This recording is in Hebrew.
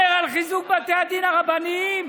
אומר על חיזוק בתי הדין הרבניים,